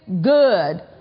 Good